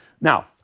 Now